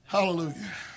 Hallelujah